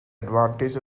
advantage